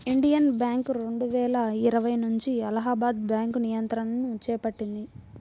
Indian bank రెండువేల ఇరవై నుంచి అలహాబాద్ బ్యాంకు నియంత్రణను చేపట్టింది